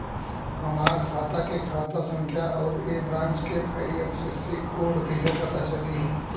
हमार खाता के खाता संख्या आउर ए ब्रांच के आई.एफ.एस.सी कोड कैसे पता चली?